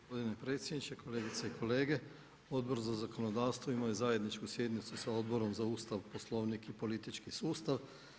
Gospodine predsjedniče, kolegice i kolege Odbor za zakonodavstvo imao je zajedničku sjednicu sa Odborom za Ustav, Poslovnik i politički sustav.